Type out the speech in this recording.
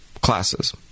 classes